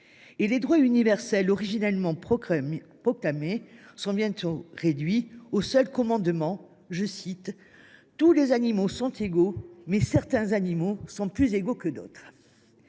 et les droits universels originellement proclamés sont bientôt réduits au seul commandement suivant :« Tous les animaux sont égaux, mais certains animaux sont plus égaux que d’autres.